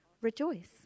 Rejoice